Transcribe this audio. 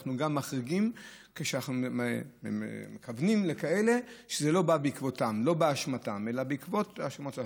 אנחנו מחריגים ואנחנו מכוונים לאלה שזה לא באשמתם אלא באשמת אחרים.